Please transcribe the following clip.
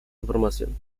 información